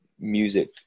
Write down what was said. music